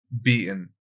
beaten